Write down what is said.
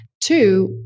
Two